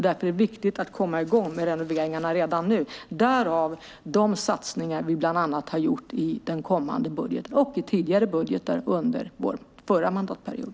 Därför är det viktigt att komma i gång med renoveringarna redan nu - därav de satsningar som vi gjort bland annat i den kommande budgeten och i tidigare budgetar under vår förra mandatperiod.